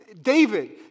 David